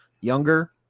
younger